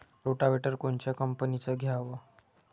Rotavator कोनच्या कंपनीचं घ्यावं?